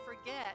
forget